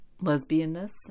lesbianness